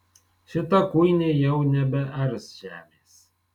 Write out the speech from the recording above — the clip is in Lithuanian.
šita kuinė jau nebears žemės